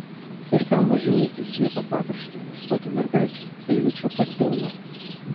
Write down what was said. ir kam važinėti į svieto pakraštį ieškoti mergaičių kai jų čia pat pilna